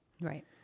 Right